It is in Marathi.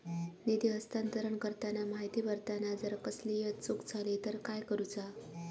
निधी हस्तांतरण करताना माहिती भरताना जर कसलीय चूक जाली तर काय करूचा?